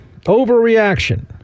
overreaction